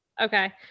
Okay